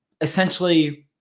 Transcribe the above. essentially